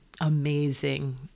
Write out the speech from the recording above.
amazing